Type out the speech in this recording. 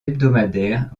hebdomadaires